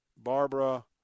Barbara